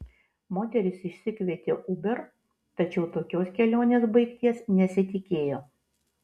moteris išsikvietė uber tačiau tokios kelionės baigties nesitikėjo